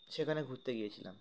সেখানে ঘুরতে গিয়েছিলাম